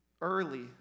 Early